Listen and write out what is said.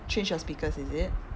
change your speakers is it